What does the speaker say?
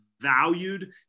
valued